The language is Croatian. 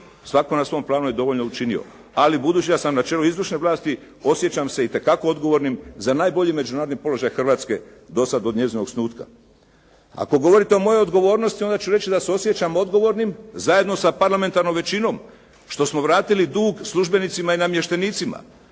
Svako na svom planu je dovoljno učinio, ali budući da sam na čelu Izvršne vlasti, osjećam se itekako odgovornim za najbolji međunarodni položaj Hrvatske do sada od njezinog osnutka. Ako govorite o mojoj odgovornosti, onda ću reći da se osjećam odgovornim zajedno sa parlamentarnom većinom, što smo vratili dug službenicima i namještenicima